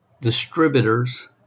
distributors